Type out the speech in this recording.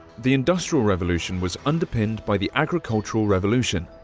the industrial revolution was underpinned by the agricultural revolution.